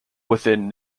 within